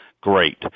great